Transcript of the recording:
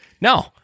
No